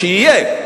שיהיה,